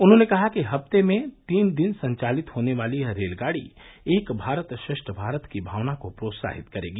उन्होंने कहा कि हस्ते में तीन दिन संचालित होने वाली यह रेलगाडी एक भारत श्रेष्ठ भारत की भावना को प्रोत्साहित करेगी